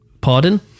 Pardon